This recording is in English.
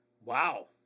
Wow